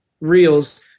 reels